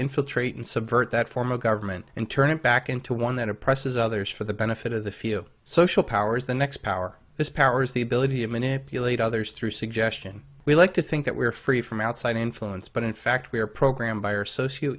infiltrate and subvert that form of government and turn it back into one that oppresses others for the benefit of the few social powers the next power is power is the ability to manipulate others through suggestion we like to think that we are free from outside influence but in fact we are programmed by our socio